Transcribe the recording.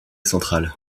central